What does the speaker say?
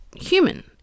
human